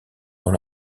dans